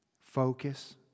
focus